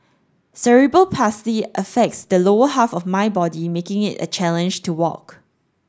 Cerebral Palsy affects the lower half of my body making it a challenge to walk